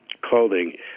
clothing